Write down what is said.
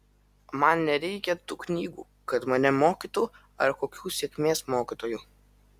man nereikia tų knygų kad mane mokytų ar kokių sėkmės mokytojų